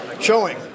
Showing